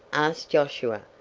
asked josiah,